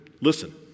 Listen